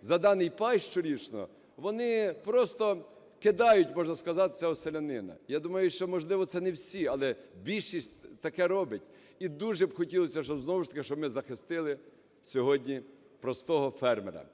за даний пай щорічно, вони просто кидають, можна сказати, цього селянина. Я думаю, що, можливо, це не всі, але більшість таке робить. І дуже б хотілося, щоб знову ж таки, щоб ми захистили сьогодні простого фермера.